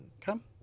Come